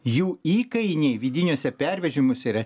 jų įkainiai vidiniuose pervežimuose yra